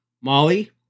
Molly